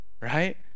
right